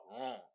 wrong